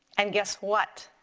and guess what?